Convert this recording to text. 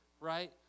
Right